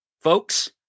folks